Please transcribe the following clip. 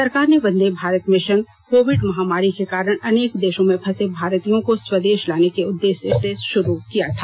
सरकार ने Vande Bharat mission Covid महामारी के कारण अनेक देशों में फंसे भारतीयों को स्वदेश लाने के उद्देश्य से शुरू किया था